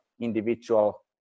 individual